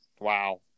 wow